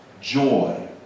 joy